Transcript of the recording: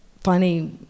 funny